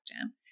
jam